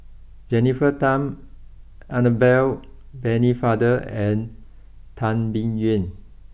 Jennifer Tham Annabel Pennefather and Tan Biyun